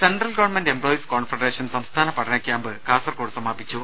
central government employees confederation സംസ്ഥാന പഠനക്യാമ്പ് കാസർകോട് സമാപിച്ചു